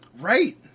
Right